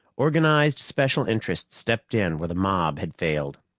organized special interests stepped in where the mob had failed.